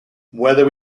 whether